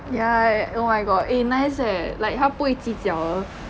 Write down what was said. ya eh oh my god eh nice eh like 他不会计较的